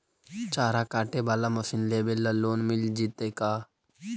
चारा काटे बाला मशीन लेबे ल लोन मिल जितै का?